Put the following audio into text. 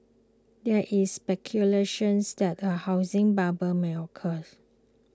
there is speculations that a housing bubble may occurs